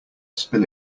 spill